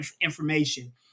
information